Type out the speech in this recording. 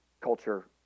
culture